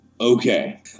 Okay